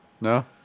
no